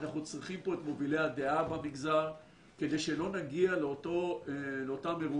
אנחנו צריכים פה את מובילי הדעה במגזר כדי שלא נגיע לאותם אירועים